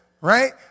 right